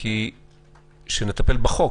כי כשנטפל בחוק,